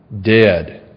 dead